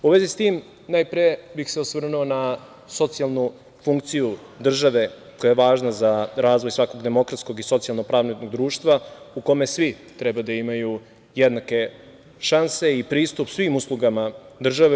U vezi s tim, najpre bih se osvrnuo na socijalnu funkciju države koja je važna za razvoj svakog demokratskog i socijalno-pravnog društva u kome svi treba da imaju jednake šanse i pristup svim uslugama države.